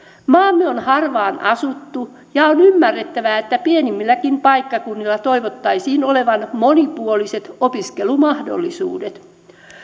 maamme on harvaan asuttu ja on ymmärrettävää että pienimmilläkin paikkakunnilla toivottaisiin olevan monipuoliset opiskelumahdollisuudet